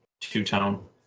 two-tone